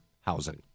housing